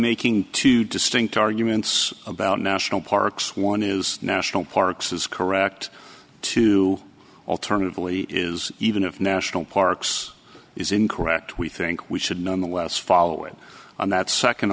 making two distinct arguments about national parks one is national parks is correct to alternatively is even of national parks is incorrect we think we should nonetheless follow it on that second